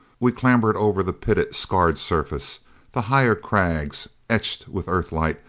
we clambered over the pitted, scarred surface the higher crags, etched with earthlight,